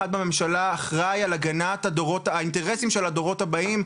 בממשלה אחראי על הגנת האינטרסים של הדורות הבאים,